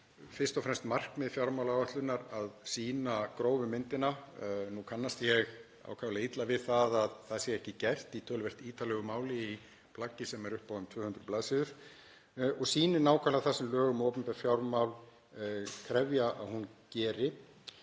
fyrst og fremst markmið fjármálaáætlunar að sýna grófu myndina. Nú kannast ég ákaflega illa við að það sé ekki gert í töluvert ítarlegu máli í plaggi sem er upp á um 200 bls. og sýnir nákvæmlega það sem lög um opinber fjármál krefjast.